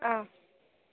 ஆ